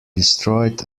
destroyed